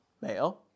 male